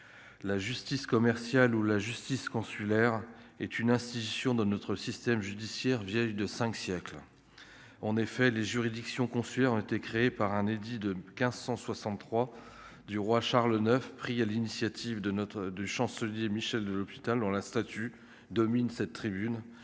la justice commerciale où la justice consulaire est une institution dans notre système judiciaire vieille de 5 siècles en effet les juridictions consulaires ont été créés par un édit de 1563 du roi Charles IX pris à l'initiative de notre de chancelier Michel de l'hôpital, dont la statue domine cette tribune et